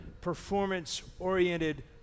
performance-oriented